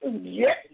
Yes